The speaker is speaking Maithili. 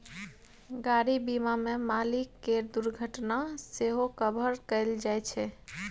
गाड़ी बीमा मे मालिक केर दुर्घटना सेहो कभर कएल जाइ छै